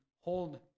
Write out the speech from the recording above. hold